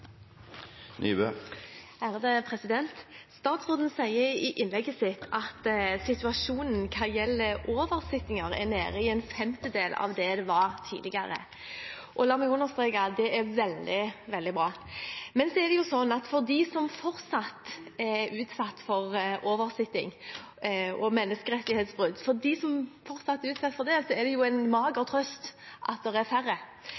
er det ikke. Statsråden sier i innlegget sitt at situasjonen hva gjelder oversittinger, er nede i en femtedel av hva den var tidligere. La meg understreke at det er veldig, veldig bra. Men for dem som fortsatt er utsatt for oversitting og menneskerettighetsbrudd, er det en mager trøst at det er færre.